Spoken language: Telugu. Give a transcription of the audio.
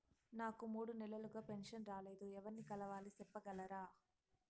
నాకు మూడు నెలలుగా పెన్షన్ రాలేదు ఎవర్ని కలవాలి సెప్పగలరా?